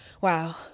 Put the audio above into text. wow